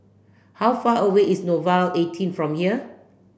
how far away is Nouvel eighteen from here